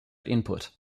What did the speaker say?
input